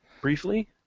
briefly